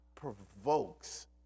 Provokes